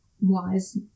wise